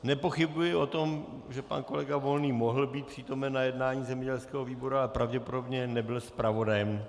Nepochybuji o tom, že pan kolega Volný mohl být přítomen na jednání zemědělského výboru, ale pravděpodobně nebyl zpravodajem.